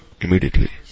immediately